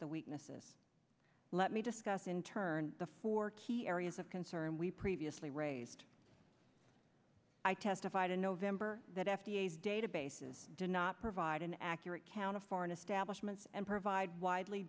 the weaknesses let me discuss in turn the four key areas of concern we previously raised i testified in november that f d a databases did not provide an accurate count of foreign establishment and provide widely